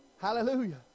Hallelujah